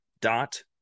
dot